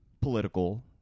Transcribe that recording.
political